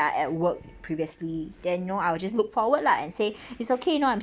at work previously then you know I will just look forward lah and say it's okay you know I'm